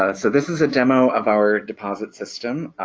ah so this is a demo of our deposit system.